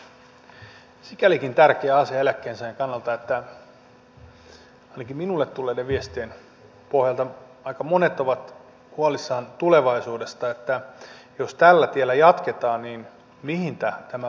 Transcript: tämä on sikälikin tärkeä asia eläkkeensaajien kannalta että ainakin minulle tulleiden viestien pohjalta aika monet ovat huolissaan tulevaisuudesta jos tällä tiellä jatketaan niin mihin tämä voi päätyä